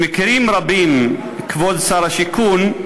במקרים רבים, כבוד שר השיכון,